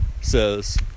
says